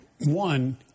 one